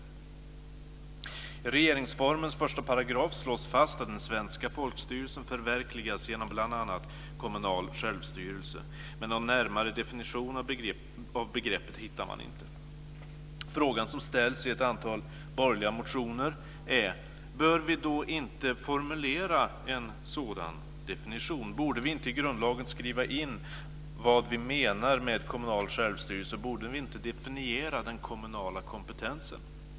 I regeringsformens första paragraf slås fast att den svenska folkstyrelsen förverkligas genom bl.a. kommunal självstyrelse, men någon närmare definition av begreppet hittar man inte. Den fråga som ställs i ett antal borgerliga motioner är: Bör vi då inte formulera en sådan definition? Borde vi inte i grundlagen skriva in vad vi menar med kommunal självstyrelse? Borde vi inte definiera den kommunala kompetensen?